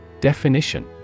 Definition